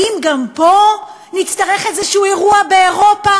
האם גם פה נצטרך איזשהו אירוע באירופה